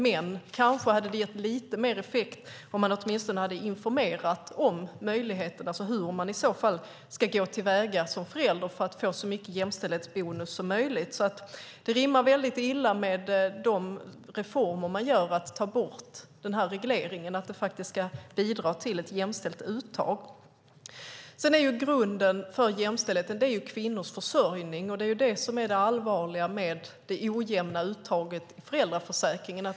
Den kanske hade haft lite större effekt om man åtminstone hade fått information om hur man ska gå till väga som förälder för att få så mycket jämställdhetsbonus som möjligt. Det rimmar illa med de reformer ni gör, nämligen att det ska bidra till ett jämställt uttag, att ni tar bort regleringen. Grunden för jämställdheten är kvinnors försörjning. Det är det som är det allvarliga med det ojämna uttaget i föräldraförsäkringen.